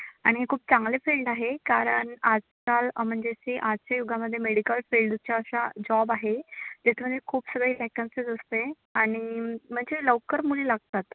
आणि हे खूप चांगले फील्ड आहे कारण आजकाल म्हणजे सी आजच्या युगामध्ये मेडिकल फील्डच्या अशा जॉब आहे ज्याच्यामध्ये खूप सगळे व्हॅकन्सीज असते आणि म्हणजे लवकर मुली लागतात